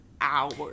hours